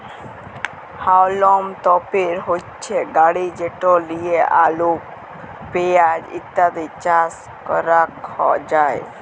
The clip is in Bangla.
হাউলম তপের হচ্যে গাড়ি যেট লিয়ে আলু, পেঁয়াজ ইত্যাদি চাস ক্যরাক যায়